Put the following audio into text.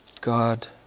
God